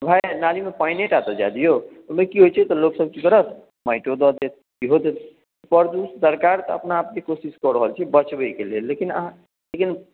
नालीमे पानिटा तऽ जाय दिऔ ओहिमे की होइत छै तऽ लोक सब की करत माटि दऽ देत इहो देत प्रद सरकार अपना आपके कोशिश कऽ रहल छै बचबेके लेल लेकिन अहाँ लेकिन